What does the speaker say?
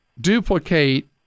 duplicate